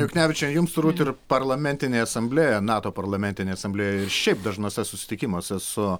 juknevičiene jums turbūt ir parlamentinėj asamblėjoj nato parlamentinėje asamblėjoje ir šiaip dažnuose susitikimuose su